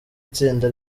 itsinda